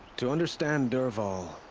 to understand dervahl.